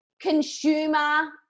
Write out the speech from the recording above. consumer